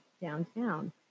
downtown